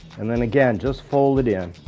and then again, just fold it in.